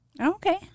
Okay